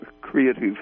creative